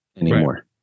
anymore